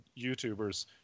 YouTubers